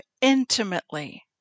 intimately